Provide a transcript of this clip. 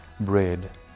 bread